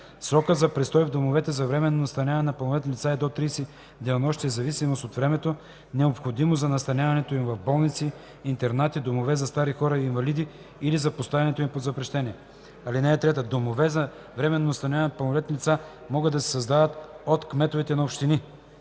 Срокът за престой в домовете за временно настаняване на пълнолетни лица е до 30 денонощия в зависимост от времето, необходимо за настаняването им в болници, интернати, домове за стари хора и инвалиди или за поставянето им под запрещение. (3) Домове за временно настаняване на пълнолетни лица могат да се създават от кметовете на общини.